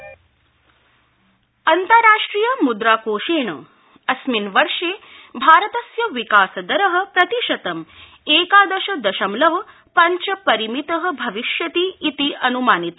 अन्ताराष्ट्रिय मुद्रा अन्ताराष्ट्रिय मुद्रा कोषेण अस्मिन् वर्षे भारतस्य विकास दर प्रतिशतं एकादश दशमलव पंच परिमित भविष्यति इति अनुमानित